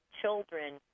children